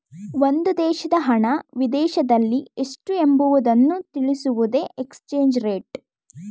ಒಂದು ದೇಶದ ಹಣ ವಿದೇಶದಲ್ಲಿ ಎಷ್ಟು ಎಂಬುವುದನ್ನು ತಿಳಿಸುವುದೇ ಎಕ್ಸ್ಚೇಂಜ್ ರೇಟ್